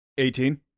Eighteen